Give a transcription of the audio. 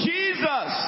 Jesus